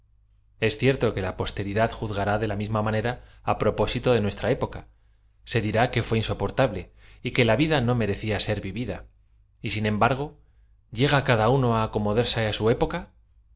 es cierto que la posterídad juzgará de la misma manera á propósito de nuestra época se dirá que fué insoportable y que la vid a no merecía ser vivid a y sin embargo llega cada uno á acomodarse á su época